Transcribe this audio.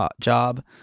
job